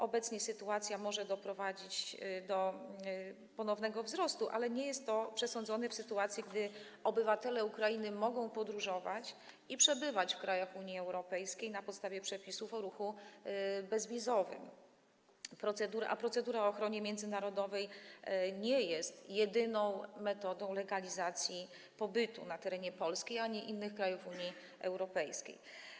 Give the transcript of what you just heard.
Obecna sytuacja może doprowadzić do ponownego wzrostu, ale nie jest to przesądzone w sytuacji, gdy obywatele Ukrainy mogą podróżować i przebywać w krajach Unii Europejskiej na podstawie przepisów o ruchu bezwizowym, a procedura ochrony międzynarodowej nie jest jedyną metodą legalizacji pobytu na terenie Polski i innych krajów Unii Europejskiej.